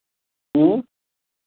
ह्म्म